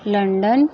London